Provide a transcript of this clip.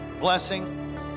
blessing